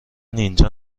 اینجا